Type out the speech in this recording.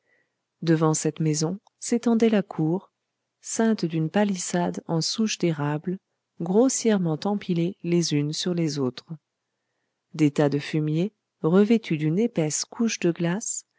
devant cette maison s'étendait la cour ceinte d'une palissade en souches d'érable grossièrement empilées les unes sur les autres des tas de fumiers revêtus d'une épaisse couche de glace